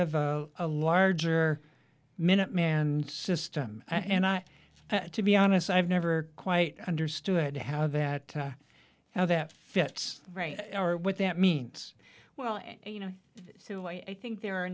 of a larger minuteman system and i to be honest i've never quite understood how that how that fits right or what that means well you know so i think there are a